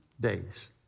days